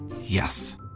Yes